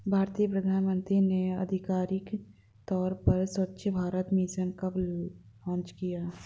भारतीय प्रधानमंत्री ने आधिकारिक तौर पर स्वच्छ भारत मिशन कब लॉन्च किया?